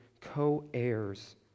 co-heirs